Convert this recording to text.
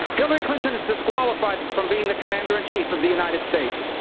hillary clinton is disqualified from being the commander-in-chief of the united states.